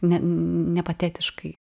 ne nepatetiškai